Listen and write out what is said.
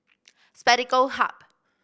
Spectacle Hut